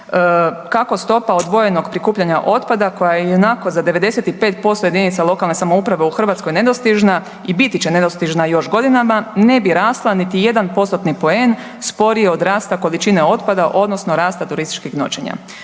kako stopa odvojenog prikupljanja otpada koja je ionako za 95% JLS-ova u Hrvatskoj nedostižna i biti će nedostižna još godinama, ne bi rasla niti 1%-tni poen sporije od rasta količine otpada odnosno rasta turističkih noćenja.